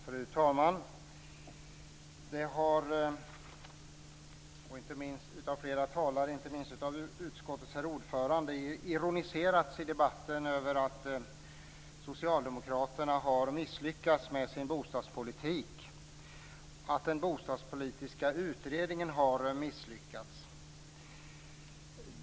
Fru talman! Det har av flera talare, inte minst av utskottets ordförande, i debatten ironiserats över att socialdemokraterna har misslyckats med sin bostadspolitik och att den bostadspolitiska utredningen har misslyckats.